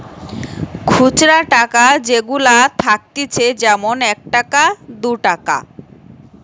খুচরা টাকা যেগুলা থাকতিছে যেমন এক টাকা, দু টাকা